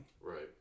Right